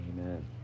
Amen